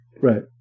Right